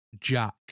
Jack